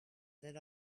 that